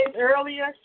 earlier